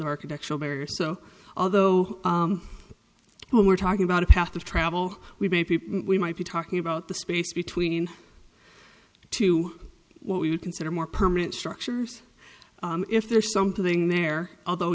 architectural barriers so although when we're talking about a path of travel we maybe we might be talking about the space between two what we would consider more permanent structures if there's something there although